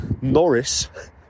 Norris